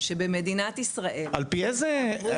שבמדינת ישראל --- על פי איזה --- עברו